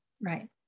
Right